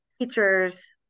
teachers